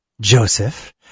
Joseph